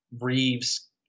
Reeves